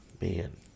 Man